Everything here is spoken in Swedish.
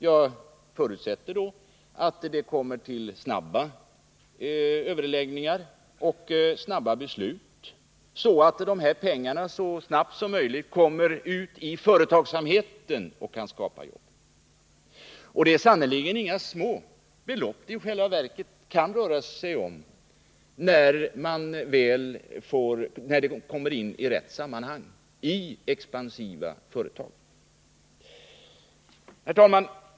Jag förutsätter att det kommer till snabba överläggningar och snabba beslut, så att pengarna så snabbt som möjligt kommer ut i företagsamheten och kan skapa jobb. Det är sannerligen inga små belopp det i själva verket kan röra sig om när de kommer in i rätt sammanhang, i expansiva företag. Herr talman!